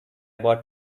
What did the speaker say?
bought